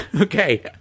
Okay